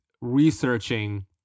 researching